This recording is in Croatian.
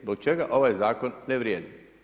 Zbog čega ovaj Zakon ne vrijedi?